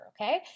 okay